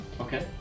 Okay